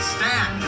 Stand